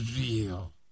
real